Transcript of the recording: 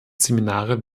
seminare